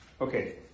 Okay